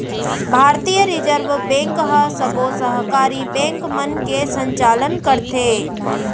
भारतीय reserve bank ह सबो सहकारी बेंक मन के संचालन करथे